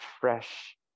fresh